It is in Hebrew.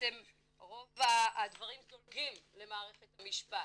שבעצם רוב הדברים זולגים למערכת המשפט,